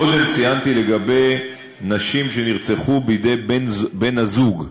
קודם ציינתי לגבי נשים שנרצחו בידי בן-הזוג.